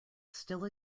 still